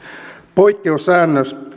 poikkeussäännös